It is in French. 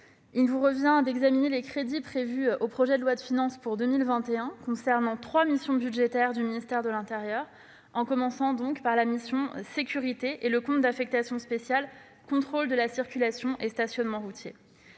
il vous revient d'examiner les crédits inscrits au projet de loi de finances pour 2021 au titre de trois missions budgétaires, relevant du ministère de l'intérieur, en commençant par la mission « Sécurités » et le compte d'affectation spéciale « Contrôle de la circulation et du stationnement routiers ».